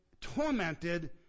tormented